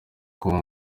com